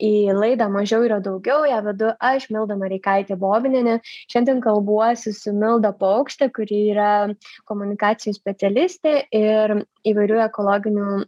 į laidą mažiau yra daugiau ją vedu aš milda noreikaitė bobinienė šiandien kalbuosi su milda paukšte kuri yra komunikacijų specialistė ir įvairių ekologinių